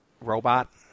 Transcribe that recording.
robot